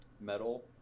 metal